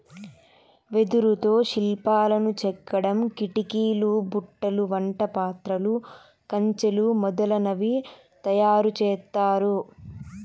వెదురుతో శిల్పాలను చెక్కడం, కిటికీలు, బుట్టలు, వంట పాత్రలు, కంచెలు మొదలనవి తయారు చేత్తారు